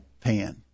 pan